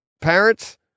parents